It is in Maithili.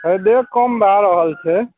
फायदे कम भए रहल छै